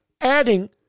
adding